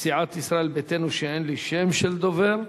מסיעת ישראל ביתנו, ואין לי שם של דובר,